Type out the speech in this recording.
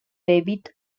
david